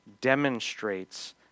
demonstrates